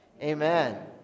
Amen